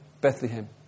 Bethlehem